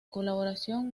colaboración